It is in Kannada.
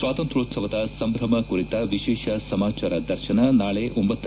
ಸ್ವಾತಂತ್ರೋತ್ಸವದ ಸಂಭ್ರಮ ಕುರಿತ ವಿಶೇಷ ಸಮಾಚಾರ ದರ್ಶನ ನಾಡಿದ್ದು